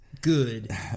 Good